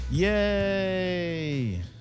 Yay